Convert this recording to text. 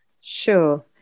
Sure